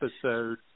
episode